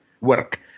work